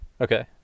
okay